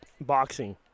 boxing